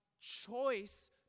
choice